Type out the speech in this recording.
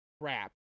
crap